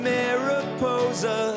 Mariposa